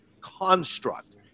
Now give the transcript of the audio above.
construct